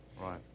Right